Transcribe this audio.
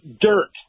dirt